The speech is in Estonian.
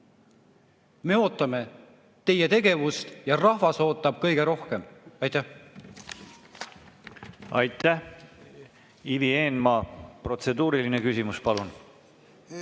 Me ootame teie tegevust ja rahvas ootab kõige rohkem. Aitäh! Aitäh! Ivi Eenmaa, protseduuriline küsimus, palun!